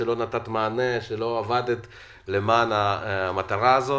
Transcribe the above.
על כך שנתת מענה ועבדת למען המטרה הזאת.